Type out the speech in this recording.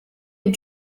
had